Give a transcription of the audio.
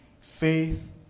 faith